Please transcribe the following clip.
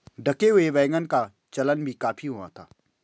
ढके हुए वैगन का चलन भी काफी हुआ था